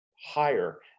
higher